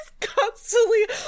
constantly